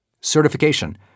Certification